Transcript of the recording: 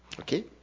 Okay